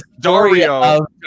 Dario